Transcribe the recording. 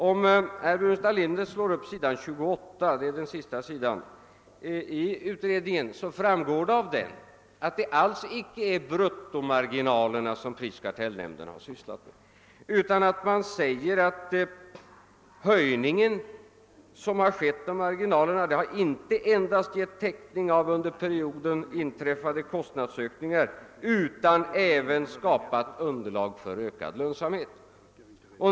Om herr Burenstam Linder slår upp s. 28 i utredningen kan han därav se att det inte alls är bruttomarginalerna som prisoch kartellnämnden har syssiat med. Man säger där att den höjning av marginalerna som skett inte. endast har givit täckning av under perioden inträffade kostnadsökningar utan även skapat underlag för ökad lönsamhet.